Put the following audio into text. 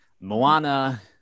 Moana